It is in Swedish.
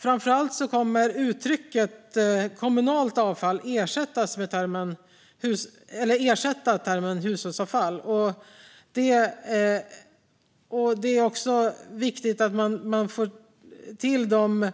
Framför allt kommer uttrycket "kommunalt avfall" att ersätta termen "hushållsavfall". Det är också viktigt att man får till de